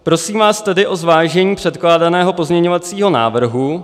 Prosím vás tedy o zvážení předkládaného pozměňovacího návrhu.